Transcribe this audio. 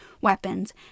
weapons